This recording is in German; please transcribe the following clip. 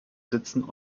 sitzen